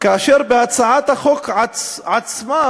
ובהצעת החוק עצמה